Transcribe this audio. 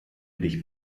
dich